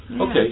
Okay